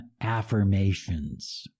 affirmations